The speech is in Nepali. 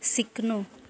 सिक्नु